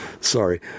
Sorry